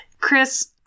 Chris